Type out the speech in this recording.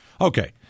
Okay